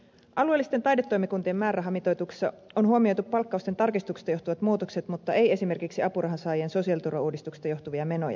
alueellisten taidetoimikuntien määrärahamitoituksessa on huomioitu palkkausten tarkistuksesta johtuvat muutokset mutta ei esimerkiksi apurahansaajien sosiaaliturvauudistuksesta johtuvia menoja